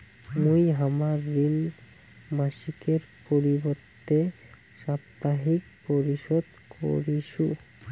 মুই হামার ঋণ মাসিকের পরিবর্তে সাপ্তাহিক পরিশোধ করিসু